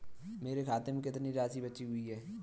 मेरे खाते में कितनी राशि बची हुई है?